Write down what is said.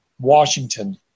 Washington